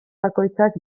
bakoitzak